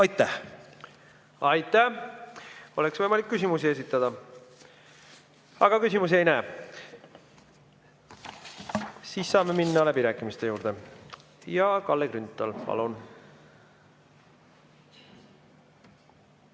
Aitäh! Aitäh! Oleks võimalik küsimusi esitada. Aga küsimus ei näe. Siis saame minna läbirääkimiste juurde. Kalle Grünthal, palun!